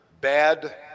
bad